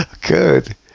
good